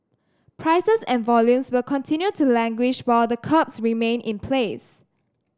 prices and volumes will continue to languish while the curbs remain in place